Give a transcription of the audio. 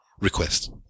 request